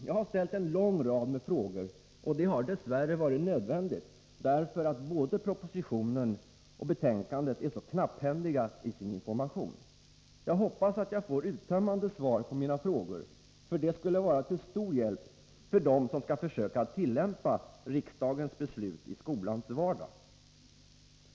Jag har ställt en lång rad frågor, och det har dess värre varit nödvändigt, eftersom både propositionen och betänkandet är så knapphändiga i sin information. Jag hoppas att jag får uttömmande svar på mina frågor. Det skulle vara till stor hjälp för dem som skall försöka tillämpa riksdagens beslut i skolans vardag.